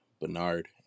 Bernard